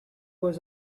was